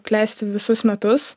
klesti visus metus